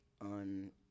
on